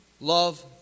love